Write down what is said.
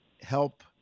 help